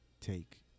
take